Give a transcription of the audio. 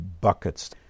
buckets